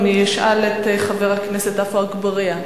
אני אשאל את חבר הכנסת עפו אגבאריה.